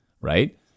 right